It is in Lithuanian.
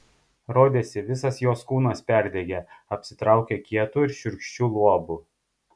rodėsi visas jos kūnas perdegė apsitraukė kietu ir šiurkščiu luobu